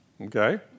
Okay